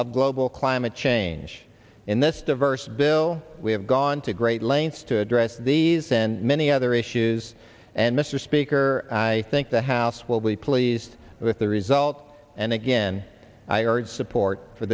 of global climate change in this diverse bill we have gone to great lengths to address these then many other issues and mr speaker i think the house will be pleased with the result and again i urge support for